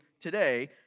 today